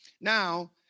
Now